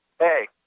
Hey